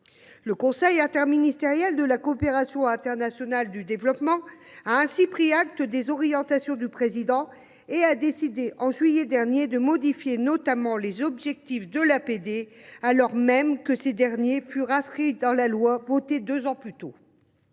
Le comité interministériel de la coopération internationale et du développement a pris acte des orientations du Président et a notamment décidé, en juillet dernier, de modifier les objectifs de l’APD, alors même que ces derniers avaient été inscrits dans la loi adoptée deux ans plus tôt.